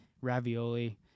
ravioli